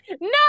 No